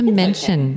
mention